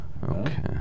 Okay